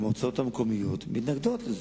והמועצות המקומיות מתנגדות לזה.